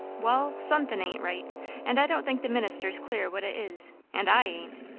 wall sun'thin' ain't right and i don't think the minister's clear what it is and i ain't.